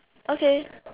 okay